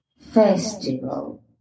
festival